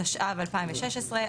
התשע"ו 2016,